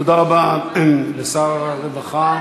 תודה רבה לשר הרווחה.